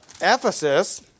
Ephesus